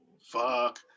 Fuck